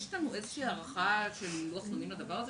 יש לנו איזושהי הערכה של לוח זמנים לדבר הזה?